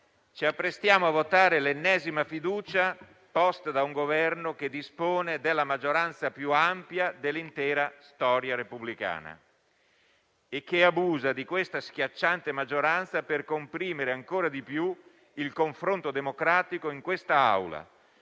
ci apprestiamo a votare l'ennesima fiducia posta da un Governo che dispone della maggioranza più ampia dell'intera storia repubblicana e che abusa di questa schiacciante maggioranza per comprimere ancora di più il confronto democratico in questa